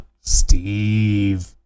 Steve